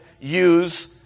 use